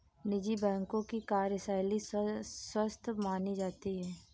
निजी बैंकों की कार्यशैली स्वस्थ मानी जाती है